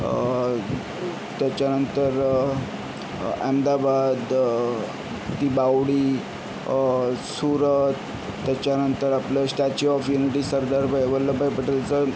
त्यांच्यानंतर अहमदाबाद ती बावडी सूरत त्याच्यानंतर आपलं statue of unity Sardarbhai Vallabhbhai पटेलचा